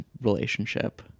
relationship